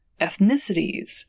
ethnicities